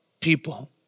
people